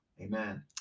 Amen